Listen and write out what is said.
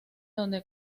donde